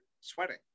sweating